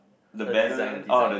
the design the design